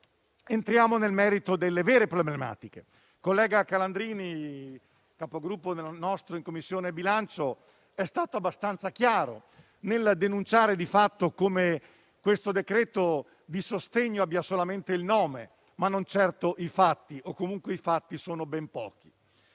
entriamo nel merito delle vere problematiche. Il collega Calandrini, Capogruppo di Fratelli d'Italia in Commissione bilancio, è stato abbastanza chiaro nel denunciare, di fatto, come questo decreto di sostegno abbia solamente il nome, ma non certo i fatti: o comunque i fatti sono ben pochi.